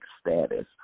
status